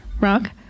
Rock